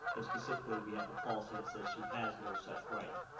and specifically, we have the policy that says she has no such right.